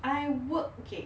I work okay